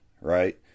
right